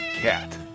cat